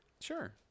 Sure